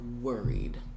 worried